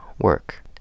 work